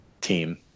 team